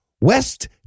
West